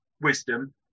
wisdom